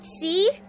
See